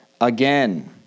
again